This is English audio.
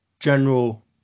general